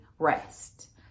rest